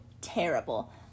terrible